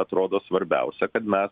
atrodo svarbiausia kad mes